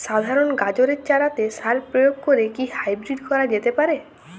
সাধারণ গাজরের চারাতে সার প্রয়োগ করে কি হাইব্রীড করা যেতে পারে?